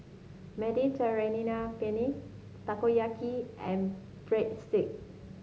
Mediterranean Penne Takoyaki and Breadsticks